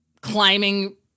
climbing